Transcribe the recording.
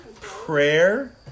Prayer